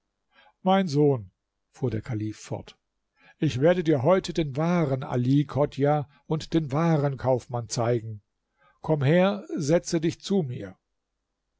mein sohn fuhr der kalif fort ich werde dir heute den wahren ali chodjah und den wahren kaufmann zeigen komm her setze dich zu mir